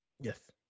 yes